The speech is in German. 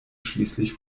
schließlich